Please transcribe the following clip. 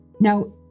Now